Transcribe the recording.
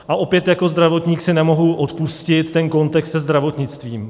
A opět jako zdravotník si nemohu odpustit ten kontext se zdravotnictvím.